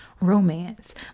romance